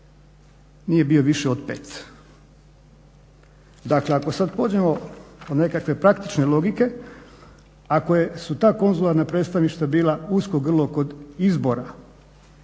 nije bio više od 5. Dakle ako sad pođemo od nekakve praktične logike, ako su ta konzularna predstavništva bila usko grlo kod izbora